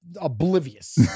oblivious